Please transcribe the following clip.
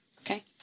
Okay